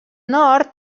nord